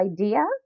idea